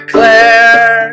Claire